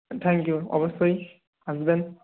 thank you অবশ্যই আসবেন